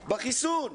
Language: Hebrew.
בחיסון.